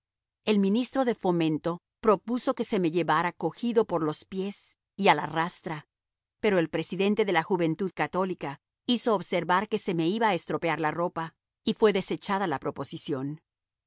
el ministro de fomento propuso que se me llevara cogido por los pies y a la rastra pero el presidente de la juventud católica hizo observar que se me iba estropear la ropa y fue desechada la proposición